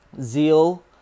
Zeal